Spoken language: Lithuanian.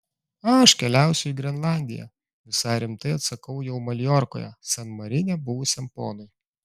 aš keliausiu į grenlandiją visai rimtai atsakau jau maljorkoje san marine buvusiam ponui